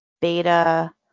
beta